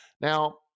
Now